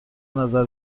نظر